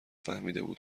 فهمیدهبود